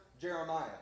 Jeremiah